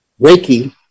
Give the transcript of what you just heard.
Reiki